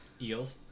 Eels